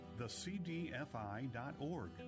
thecdfi.org